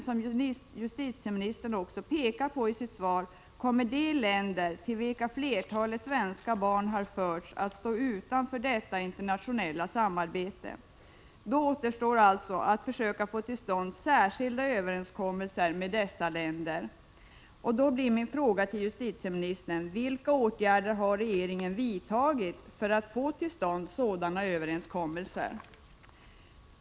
Som justitieministern också påpekar i sitt svar kommer dock de länder till vilka flertalet svenska barn har förts att stå utanför detta internationella samarbete. Då återstår alltså att försöka få till stånd särskilda överenskommelser med dessa länder. Min fråga till justitieministern blir: Vilka åtgärder har regeringen vidtagit för att få till stånd sådana överenskommelser?